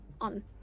on